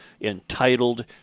entitled